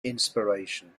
inspiration